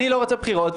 אני לא רוצה בחירות.